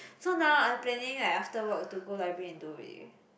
so now I planning like after work to go library and do it